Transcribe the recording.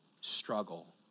struggle